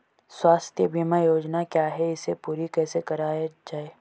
स्वास्थ्य बीमा योजना क्या है इसे पूरी कैसे कराया जाए?